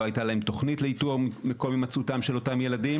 לא היתה להם תכנית לאיתור מקום הימצאותם של אותם הילדים